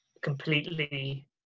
completely